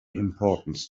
importance